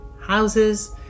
houses